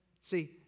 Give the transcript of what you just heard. See